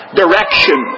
direction